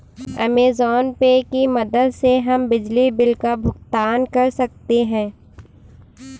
Amazon Pay की मदद से हम बिजली बिल का भुगतान कर सकते हैं